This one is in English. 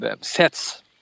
sets